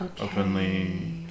openly